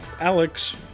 Alex